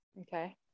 Okay